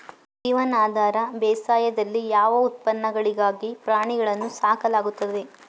ಜೀವನಾಧಾರ ಬೇಸಾಯದಲ್ಲಿ ಯಾವ ಉತ್ಪನ್ನಗಳಿಗಾಗಿ ಪ್ರಾಣಿಗಳನ್ನು ಸಾಕಲಾಗುತ್ತದೆ?